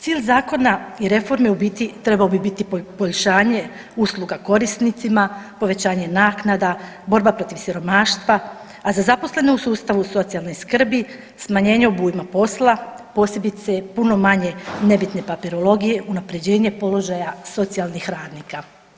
Cilj zakona i reforme u biti trebao bi biti poboljšanje usluga korisnicima, povećanje naknada, borba protiv siromaštva, a za zaposlene u sustavu socijalne skrbi smanjenje obujma posla, posebice puno manje nebitne papirologije, unaprjeđenje položaja socijalnih radnika.